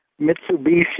Mitsubishi